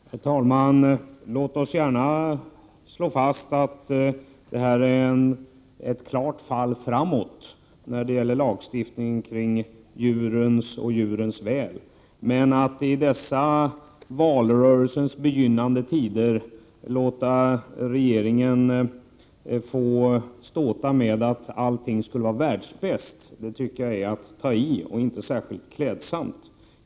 Herr talman! Låt oss gärna slå fast att detta är ett klart fall framåt när det gäller lagstiftningen beträffande djuren och deras väl. Men att i dessa valrörelsens begynnande tider låta regeringen få ståta med att allting skulle vara världsbäst, vore att ta i och är inte särskilt klädsamt.